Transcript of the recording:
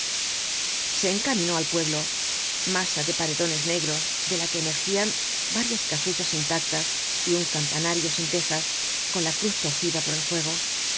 se encaminó al pueblo masa de paredones negros de la que emergían varias casuchas intactas y un campanario sin tejas con la cruz torcida por el fuego